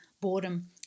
boredom